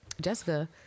Jessica